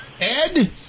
Ed